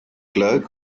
clerk